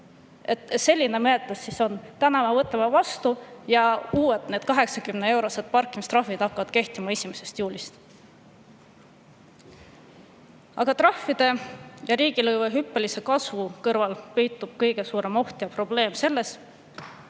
Selline menetlus siis on: täna me võtame vastu ja need 80-eurosed parkimistrahvid hakkavad kehtima 1. juulil! Trahvide ja riigilõivude hüppelise kasvu korral peitub kõige suurem oht ja probleem selles,